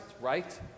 right